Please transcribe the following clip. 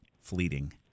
fleeting